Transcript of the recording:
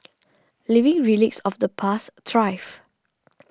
living relics of the past thrive